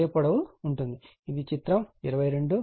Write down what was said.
కాబట్టి ఇది చిత్రం 22